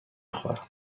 خورم